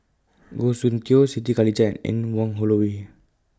Goh Soon Tioe Siti Khalijah and Anne Wong Holloway